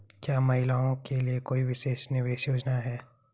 क्या महिलाओं के लिए कोई विशेष निवेश योजना है?